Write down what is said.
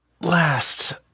Last